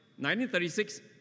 1936